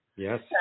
Yes